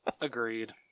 Agreed